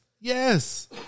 Yes